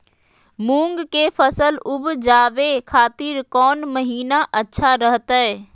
मूंग के फसल उवजावे खातिर कौन महीना अच्छा रहतय?